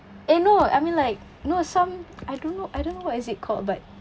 eh no I mean like no some I don't know I don't know what is it called but